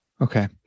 Okay